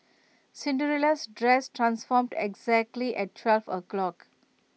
Cinderella's dress transformed exactly at twelve o' clock